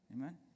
Amen